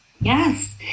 Yes